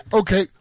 okay